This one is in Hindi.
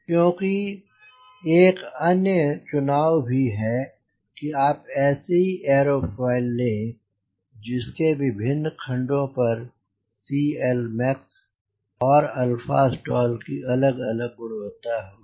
क्योंकि एक अन्य चुनाव भी है कि आप ऐसी एरोफोइल ले हैं जिसके विभिन्न खण्डों पर CLmax और stall की अलग अलग गुणवत्ता होगी